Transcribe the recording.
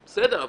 בסדר,